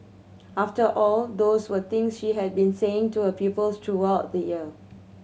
after all those were things she had been saying to her pupils throughout the year